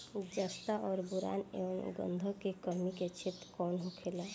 जस्ता और बोरान एंव गंधक के कमी के क्षेत्र कौन होखेला?